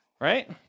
right